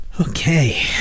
Okay